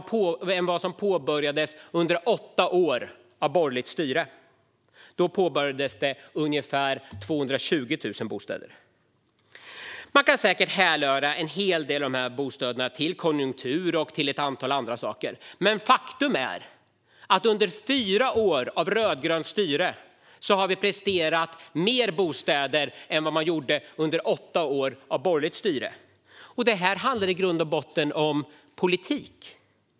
Det är fler än vad som började byggas under åtta år av borgerligt styre. Då påbörjades byggandet av ungefär 220 000 bostäder. Man kan säkert härröra en hel del av byggandet av de här bostäderna till konjunktur och ett antal andra saker. Men faktum är att under fyra år av rödgrönt styre har vi presterat att fler bostäder kunnat byggas än man gjorde under åtta år av borgerligt styre. Det handlar i grund och botten om politik.